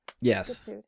Yes